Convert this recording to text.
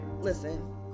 listen